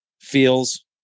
feels